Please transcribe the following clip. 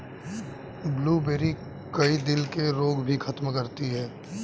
blueberry, कई दिल के रोग भी खत्म करती है